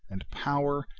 and power,